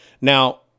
Now